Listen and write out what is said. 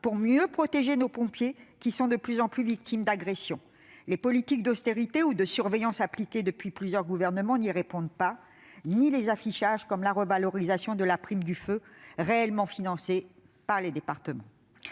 pour mieux protéger nos pompiers, qui sont de plus en plus victimes d'agressions. Les politiques d'austérité ou de surveillance appliquées depuis plusieurs gouvernements n'y répondent pas, pas plus que les mesures d'affichage comme la revalorisation de la prime de feu, en réalité financée par les départements.